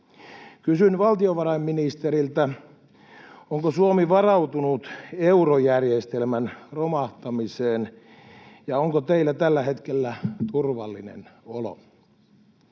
Kysyn valtiovarainministeriltä: onko Suomi varautunut eurojärjestelmän romahtamiseen, ja onko teillä tällä hetkellä turvallinen olo?